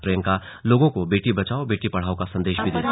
प्रियंका लोगों को बेटी बचाओ बेटी पढ़ाओ का संदेश भी देती हैं